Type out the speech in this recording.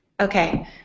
Okay